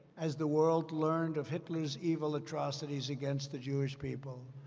as the world learned of hitler's evil atrocities against the jewish people.